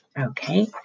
Okay